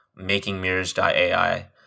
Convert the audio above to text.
makingmirrors.ai